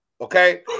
Okay